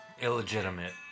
Illegitimate